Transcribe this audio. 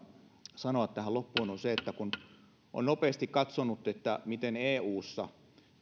sanoa tähän loppuun on se että kun on nopeasti katsonut miten eussa